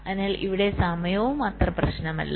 അതിനാൽ ഇവിടെ സമയവും അത്ര പ്രശ്നമല്ല